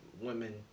women